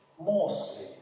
Mostly